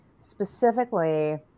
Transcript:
specifically